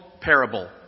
parable